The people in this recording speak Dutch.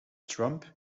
trump